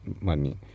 Money